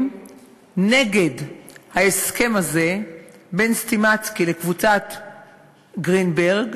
נגד ההסכם הזה בין "סטימצקי" לקבוצת גרינברג,